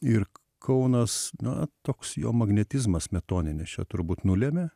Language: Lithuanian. ir k kaunas na toks jo magnetizmas smetoninis čia turbūt nulėmė